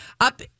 up